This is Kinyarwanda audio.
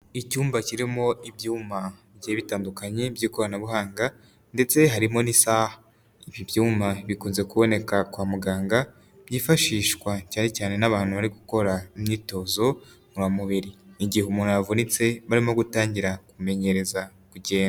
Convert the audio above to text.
Icyumba kirimo ibyuma bigiye bitandukanye by'ikoranabuhanga ndetse harimo n'isaha. Ibi byuma bikunze kuboneka kwa muganga byifashishwa cyane cyane n'abantu bari gukora imyitozo ngororamubiri n'igihe umuntu yavunitse barimo gutangira kumumenyereza kugenda.